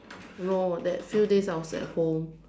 no that few days I was at home